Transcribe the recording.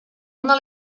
una